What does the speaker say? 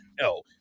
No